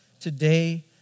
today